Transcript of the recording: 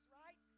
right